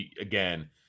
again